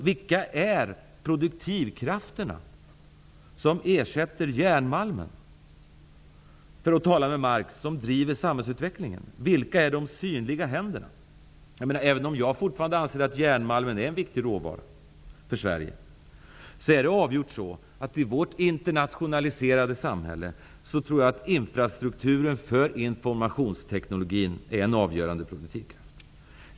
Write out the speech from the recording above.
Vilka är produktivkrafterna, som ersätter järnmalmen? De produktivkrafter som driver samhällsutvecklingen, för att tala med Marx? Vilka är de synliga händerna? Även om jag fortfarande anser att järnmalmen är en viktig råvara för Sverige, är det avgjort så att i vårt internationaliserade samhälle är infrastrukturen en avgörande produktivkraft för informationsteknologin.